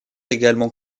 également